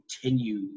continue